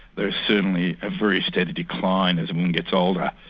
there is certainly a very steady decline as a woman gets older,